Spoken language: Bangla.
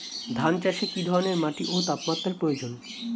ধান চাষে কী ধরনের মাটি ও তাপমাত্রার প্রয়োজন?